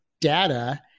data